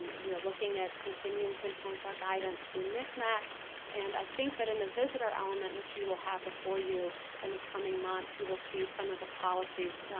we are looking at continuing to enhance our guidance through ncmac, and i think that in the visitor element which you will have before you in and the coming months you will see some of the policies,